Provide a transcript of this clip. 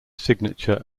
signature